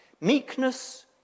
Meekness